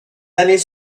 années